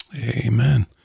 Amen